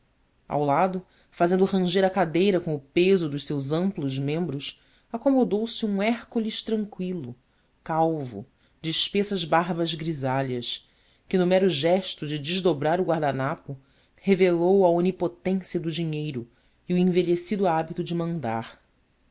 ao lado fazendo ranger a cadeira com o peso dos seus amplos membros acomodou se um hércules tranqüilo calvo de espessas barbas grisalhas que no mero gesto de desdobrar o guardanapo revelou a onipotência do dinheiro e o envelhecido hábito de mandar